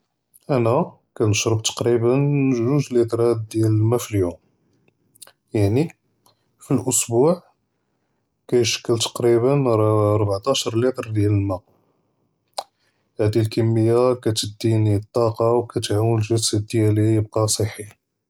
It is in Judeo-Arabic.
אנה כנשרב תקראיבן זוג ליטראת דיאל אלמא פי אליום, יעני פי לאסבוע כישכל תקראיבן רבעטעש ליטר דיאל אלמא, האד אלכמיה כתדיני אלטאקא וכתעאונ אלג'סד תاعي יבקא צחִי.